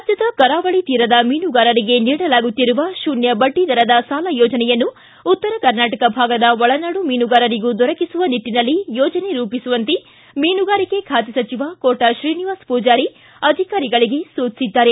ರಾಜ್ಞದ ಕರಾವಳಿ ತೀರದ ಮೀನುಗಾರರಿಗೆ ನೀಡಲಾಗುತ್ತಿರುವ ಶೂನ್ತ ಬಡ್ಡಿ ದರದ ಸಾಲ ಯೋಜನೆಯನ್ನು ಉತ್ತರ ಕರ್ನಾಟಕ ಭಾಗದ ಒಳನಾಡು ಮೀನುಗಾರರಿಗೂ ದೊರಕಿಸುವ ನಿಟ್ಟನಲ್ಲಿ ಯೋಜನೆ ರೂಪಿಸುವಂತೆ ಮೀನುಗಾರಿಕೆ ಖಾತೆ ಸಚಿವ ಕೋಟ ಶ್ರೀನಿವಾಸ ಪೂಜಾರಿ ಅಧಿಕಾರಿಗಳಿಗೆ ಸೂಚಿಸಿದ್ದಾರೆ